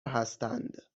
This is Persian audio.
هستند